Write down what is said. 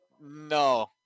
No